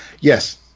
yes